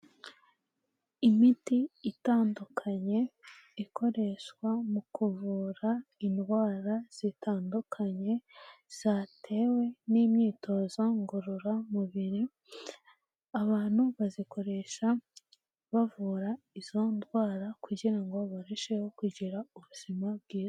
Imiti itandukanye ikoreshwa mu kuvura indwara zitandukanye zatewe n'imyitozo ngororamubiri, abantu bazikoresha bavura izo ndwara kugira ngo barusheho kugira ubuzima bwiza.